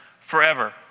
forever